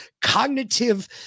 cognitive